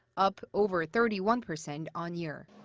up over thirty-one percent on-year.